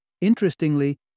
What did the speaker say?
Interestingly